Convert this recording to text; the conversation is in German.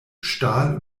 stahl